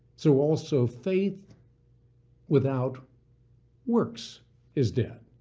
so also faith without works is dead.